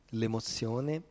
l'emozione